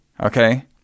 Okay